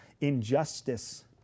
injustice